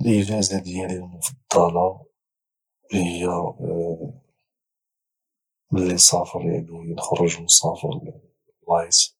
الاجازه ديالي المفضله هي من اللي مسافر يعني نخرج ونسافر البلايص